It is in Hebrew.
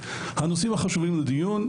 הנושאים החשובים לדיון: